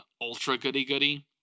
ultra-goody-goody